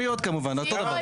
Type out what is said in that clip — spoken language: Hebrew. כמובן, אותו דבר.